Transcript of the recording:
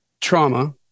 trauma